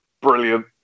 brilliant